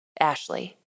Ashley